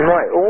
Right